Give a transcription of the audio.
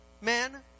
men